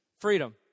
freedom